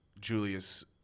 Julius